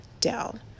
down